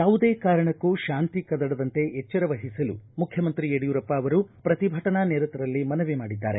ಯಾವುದೇ ಕಾರಣಕ್ಕೂ ಶಾಂತಿ ಕದಡದಂತೆ ಎಚ್ಚರವಹಿಸಲು ಮುಖ್ಚಮಂತ್ರಿ ಯಡಿಯೂರಪ್ಪ ಅವರು ಪ್ರತಿಭಟನಾ ನಿರತರಲ್ಲಿ ಮನವಿ ಮಾಡಿದ್ದಾರೆ